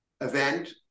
event